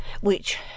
which